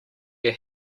your